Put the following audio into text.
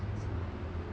that's why